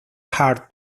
hard